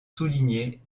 soulignés